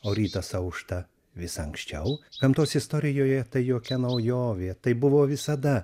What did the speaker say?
o rytas aušta vis anksčiau gamtos istorijoje tai jokia naujovė taip buvo visada